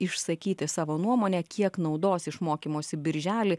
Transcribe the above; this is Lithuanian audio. išsakyti savo nuomonę kiek naudos iš mokymosi birželį